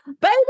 baby